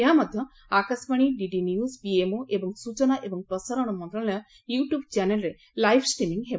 ଏହା ମଧ୍ଧ Akashvani DD news PMO ଏବଂ ସ୍ଚନା ଏବଂ ପ୍ରସାରଣ ମନ୍ତଶାଳୟ ୟୁଟ୍ୟୁବ୍ ଚ୍ୟାନେଲ୍ରେ ଲାଇଭ୍ ଷ୍ଟ୍ରିମିଂ ହେବ